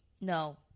No